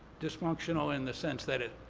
dysfunctional in the sense that it,